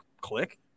click